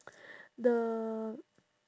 the